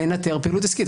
לנתר פעילות עסקית.